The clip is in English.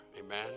Amen